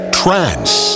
trance